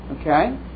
Okay